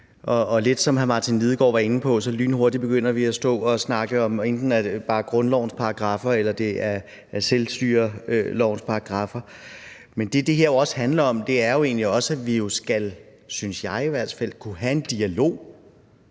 Og som hr. Martin Lidegaard var inde på, begynder vi lynhurtigt bare at stå og snakke om grundlovens paragraffer eller selvstyrelovens paragraffer. Men det, som det her jo også handler om, er egentlig, at vi skal, synes jeg i hvert fald, kunne have en dialog